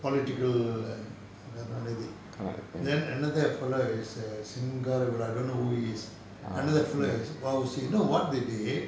political karunaanithi then another fellow is singaara velan I don't know who he is another fellow is Va U Si u si you know what they did